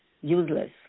useless